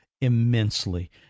immensely